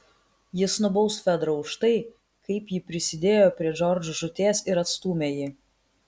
jis nubaus fedrą už tai kaip ji prisidėjo prie džordžo žūties ir atstūmė jį